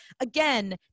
again